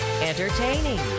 entertaining